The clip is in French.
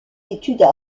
études